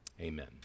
amen